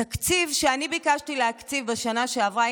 התקציב שאני ביקשתי להקציב שנה שעברה,